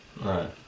Right